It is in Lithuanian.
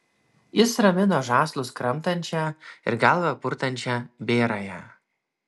jis ramino žąslus kramtančią ir galvą purtančią bėrąją